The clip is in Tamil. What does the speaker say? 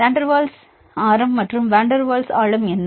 வான் டெர் வால்ஸ் ஆரம் மற்றும் வான் டெர் வால்ஸ் ஆழம் என்ன